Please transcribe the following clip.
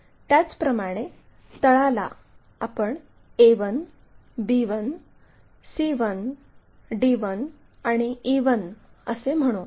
त्याचप्रमाणे बेसला आपण A1 B1 C1 D1 आणि E1 असे म्हणू